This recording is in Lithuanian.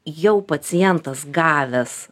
jau pacientas gavęs